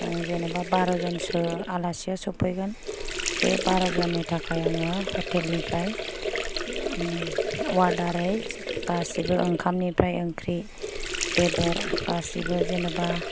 जेन'बा बार' जनसो आलासिया सफैगोन बे बार' जननि थाखाय आंङो हटेल निफ्राय अर्डारै गासिबो ओंखाम निफ्राय ओंख्रि बेदर गासिबो जेन'बा